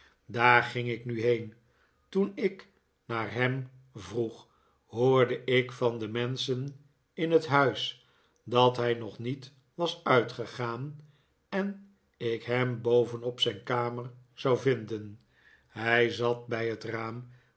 daar ging ik nu heen toen ik naar hem vroeg hoorde ik van de menschen in het huis dat hij nog niet was uitgegaan en ik hem boven op zijn kamer zou vinden hij zat bij het raam